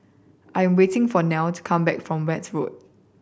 I am waiting for Niled to come back from Weld Road